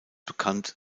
bekannt